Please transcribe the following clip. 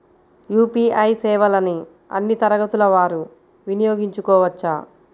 UPI సేవలని అన్నీ తరగతుల వారు వినయోగించుకోవచ్చా?